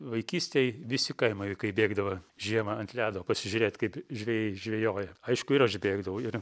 vaikystėj visi kaimo vaikai bėgdavo žiemą ant ledo pasižiūrėt kaip žvejai žvejoja aišku ir aš bėgdavau ir